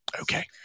Okay